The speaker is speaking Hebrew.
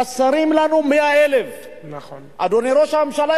חסרות לנו 100,000. אדוני ראש הממשלה,